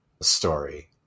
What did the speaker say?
story